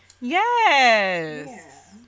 Yes